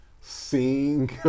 sing